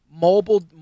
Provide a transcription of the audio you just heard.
mobile